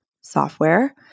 software